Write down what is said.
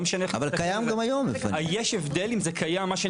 לא משנה איך --- אבל קיים גם היום.